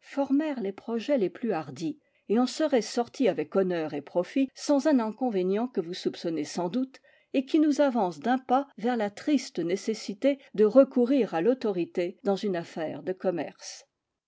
formèrent les projets les plus hardis et en seraient sortis avec honneur et profit sans un inconvénient que vous soupçonnez sans doute et qui nous avance d'un pas vers la triste nécessité de recourir à l'autorité dans une affaire de commerce